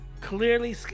clearly